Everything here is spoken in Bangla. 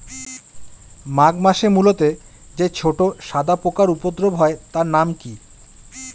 মাঘ মাসে মূলোতে যে ছোট সাদা পোকার উপদ্রব হয় তার নাম কি?